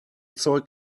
zeug